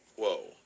Whoa